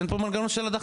אז אין פה מנגנון של הדחה.